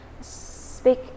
speak